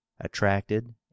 attracted